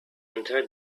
entire